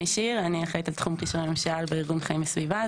אני אחראית על תחום קשרי ממשל בארגון חיים וסביבה,